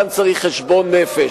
כאן צריך חשבון נפש.